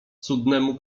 cudnemu